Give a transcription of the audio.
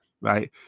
right